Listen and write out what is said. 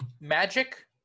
magic